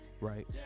right